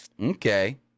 Okay